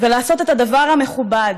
ולעשות את הדבר המכובד: